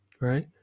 right